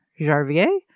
Jarvier